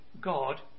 God